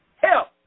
help